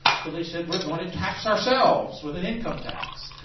so they said, we're going to tax ourselves with an income tax.